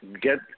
Get